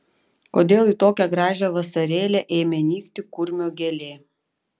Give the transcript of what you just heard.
kodėl tokią gražią vasarėlę ėmė nykti kurmio gėlė